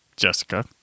jessica